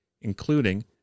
including